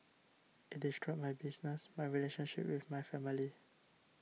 it destroyed my business my relationship with my family